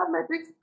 metrics